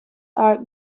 are